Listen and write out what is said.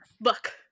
Look